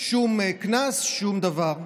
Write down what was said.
שום קנס, שום דבר,